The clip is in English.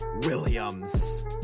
Williams